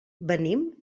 venim